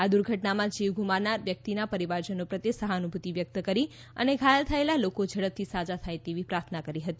આ દુર્ઘટનામાં જીવ ગુમાવનાર વ્યક્તિના પરિવારજનો પ્રત્યે સહાનુભૂતિ વ્યક્ત કરી હતી અને ઘાયલ થયેલા લોકો ઝડપથી સાજા થાય તેવી પ્રાર્થના કરી હતી